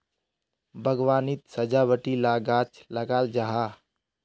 बाग्वानित सजावटी ला गाछ लगाल जाहा